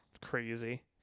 crazy